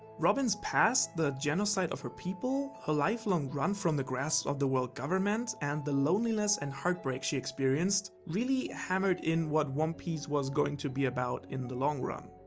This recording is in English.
robin's past, the genocide of her people, her lifelong run from the grasps of the world government and the loneliness and heartbreak she experienced, really hammered in what one piece was going to be about in the long run.